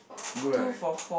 good right